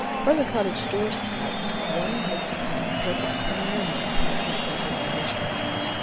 from the cottage doorstep one looked upon a perfect panorama of healthy, open english country.